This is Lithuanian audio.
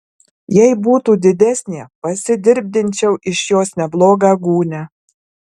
jei būtų didesnė pasidirbdinčiau iš jos neblogą gūnią